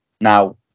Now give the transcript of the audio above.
Now